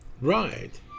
Right